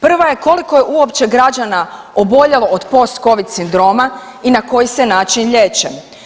Prva je koliko je uopće građana oboljelo od postcovid sindroma i na koji se način liječe.